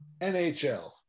NHL